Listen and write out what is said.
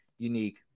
unique